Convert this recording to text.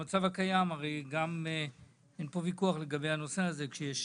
והרי אין פה ויכוח לגבי הנושא הזה כשיש